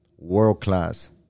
World-class